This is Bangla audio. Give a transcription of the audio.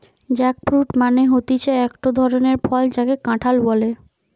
জ্যাকফ্রুট মানে হতিছে একটো ধরণের ফল যাকে কাঁঠাল বলে